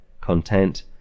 content